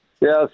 Yes